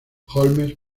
holmes